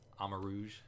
amarouge